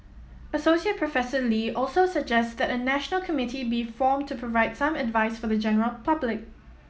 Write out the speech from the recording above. Associate Professor Lee also suggests that a national committee be formed to provide some advice for the general public